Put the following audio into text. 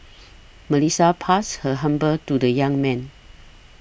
Melissa passed her humble to the young man